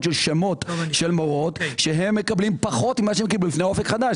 של שמות של מורות שהם מקבלים פחות ממה שקיבלו לפני אופק חדש.